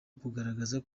ukugaragaza